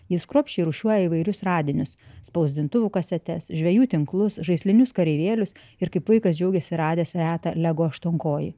jis kruopščiai rūšiuoja įvairius radinius spausdintuvų kasetes žvejų tinklus žaislinius kareivėlius ir kaip vaikas džiaugiasi radęs retą lego aštuonkojį